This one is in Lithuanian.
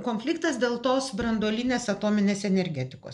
konfliktas dėl tos branduolinės atominės energetikos